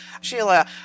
Sheila